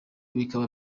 bikaba